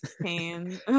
Pain